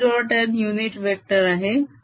n unit vector आहे